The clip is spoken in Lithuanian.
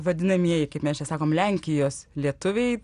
vadinamieji kaip mes čia sakom lenkijos lietuviai